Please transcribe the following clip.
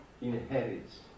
inherits